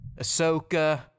Ahsoka